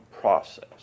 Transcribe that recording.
process